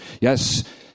yes